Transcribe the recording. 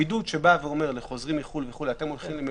הבידוד של חוזרים מחו"ל שהולכים למלונית,